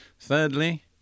Thirdly